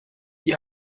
die